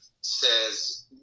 says